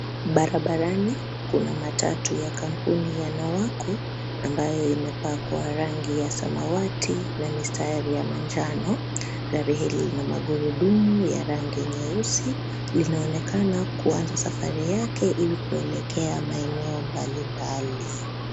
Barabarani kuna matatu ya kampuni ya nawaku, ambayo imeepakwa rangi ya samawati na mistari ya manjano, gari hili lina magurudumu ya rangi nyeusi, linaonekana kuanza safari yake ili kuelekea maeneo mbalimbali.